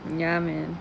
ya man